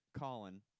Colin